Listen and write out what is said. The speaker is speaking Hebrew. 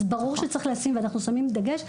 אז ברור שצריך לשים ואנחנו שמים דגש.